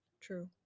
True